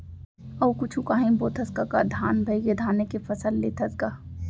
अउ कुछु कांही बोथस कका धन भइगे धाने के फसल लेथस गा?